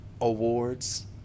awards